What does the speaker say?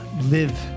live